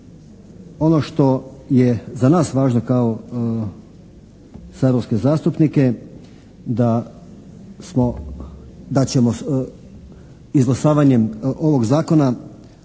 ono što je za nas važno kao saborske zastupnike da ćemo izglasavanjem ovog Zakona